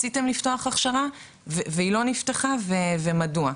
רציתם לפתוח הכשרה והיא לא נפתחה ומדוע,